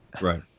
Right